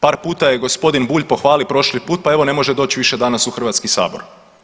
Par puta je gospodin Bulj pohvalio pošli put, pa evo ne može doći više danas u Hrvatski sabor.